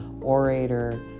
orator